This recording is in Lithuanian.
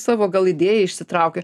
savo gal idėją išsitraukia